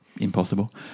Impossible